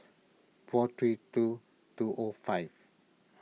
four three two two O five